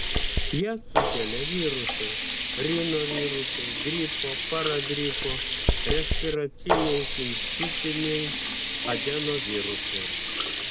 ją sukelia virusai rinovirusai gripo paragripo respiraciniai sincitiniai adenovirusai